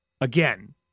Again